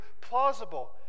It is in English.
plausible